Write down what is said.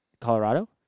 Colorado